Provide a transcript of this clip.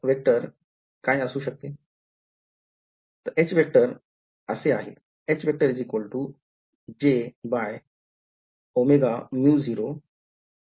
काय असू शकते